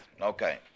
Okay